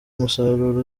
musaruro